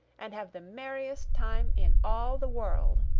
and have the merriest time in all the world.